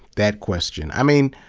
that question. i mean,